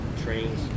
trains